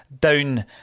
Down